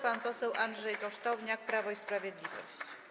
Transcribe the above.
Pan poseł Andrzej Kosztowniak, Prawo i Sprawiedliwość.